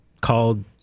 called